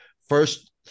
First